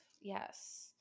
Yes